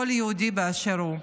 כל יהודי באשר הוא.